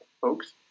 folks